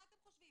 מה אתם חושבים?